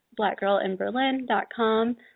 blackgirlinberlin.com